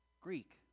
greek